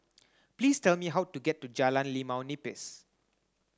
please tell me how to get to Jalan Limau Nipis